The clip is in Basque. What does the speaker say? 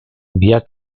biak